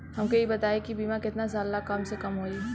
हमके ई बताई कि बीमा केतना साल ला कम से कम होई?